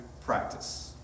practice